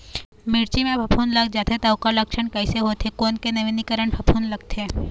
मिर्ची मा फफूंद लग जाथे ता ओकर लक्षण कैसे होथे, कोन के नवीनीकरण फफूंद लगथे?